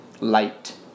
light